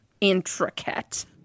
intricate